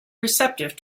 receptive